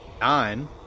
Nine